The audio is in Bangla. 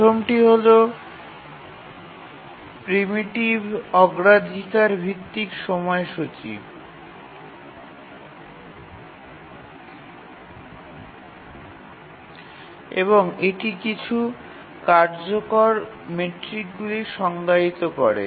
প্রথমটি হল প্রিমিটিভ অগ্রাধিকার ভিত্তিক সময়সূচী এবং এটি কিছু কার্যকর মেট্রিকগুলি সংজ্ঞায়িত করে